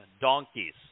donkeys